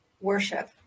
worship